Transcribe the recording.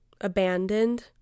abandoned